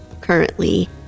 currently